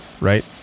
right